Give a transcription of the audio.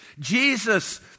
Jesus